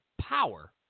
power